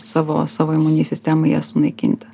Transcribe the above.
savo savo imuninei sistemai ją sunaikinti